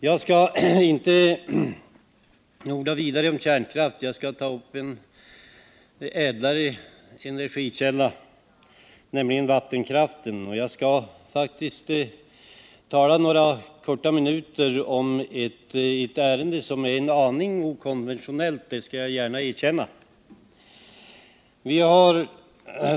Jag skall inte orda vidare om kärnkraften. Jag skall i stället beröra en ädlare energikälla, nämligen vattenkraften. Jag skall tala några få minuter i ett ärende som är en aning okonventionellt — det skall jag gärna erkänna.